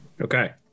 Okay